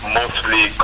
mostly